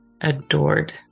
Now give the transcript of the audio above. adored